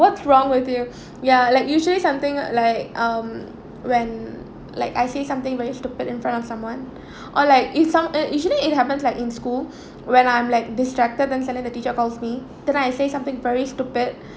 what's wrong with you ya like usually something like um when like I say something very stupid in front of someone or like it some uh usually it happens like in school when I'm like distracted then suddenly the teacher calls me then I will say something very stupid